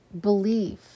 belief